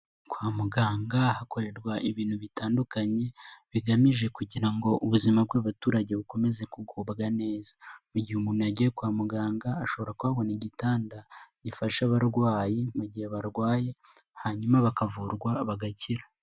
Kwa muganga hakorerwa ibintu bitandukanye bigamije kugira ngo ubuzima bw'abaturage bukomeze kugubwa neza mu gihe umuntu yagiye kwa muganga ashobora kuhabona igitanda gifasha abarwayi mu gihe barwaye hanyuma bakavurwa bagakira.